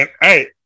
hey